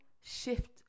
shift